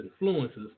influences